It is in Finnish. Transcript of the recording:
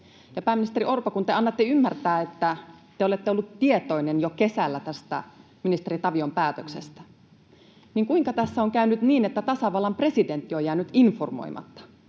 pääministeri Orpo, kun te annatte ymmärtää, että te olette ollut tietoinen jo kesällä tästä ministeri Tavion päätöksestä, niin kuinka tässä on käynyt niin, että tasavallan presidentti on jäänyt informoimatta,